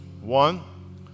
one